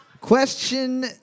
Question